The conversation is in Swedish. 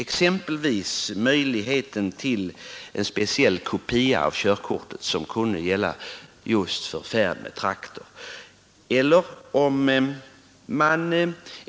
Exempelvis kunde man tänka sig en speciell kopia av körkortet, som kunde gälla just för färd med traktor.